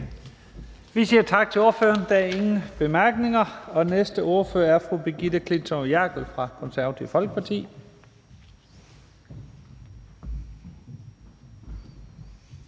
Vi siger tak til ordføreren. Der er ingen bemærkninger. Og næste ordfører er fru Brigitte Klintskov Jerkel fra Det Konservative Folkeparti.